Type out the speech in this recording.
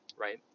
right